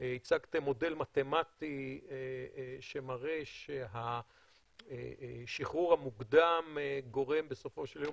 הצגתם מודל מתמטי שמראה שהשחרור המוקדם גורם בסופו של יום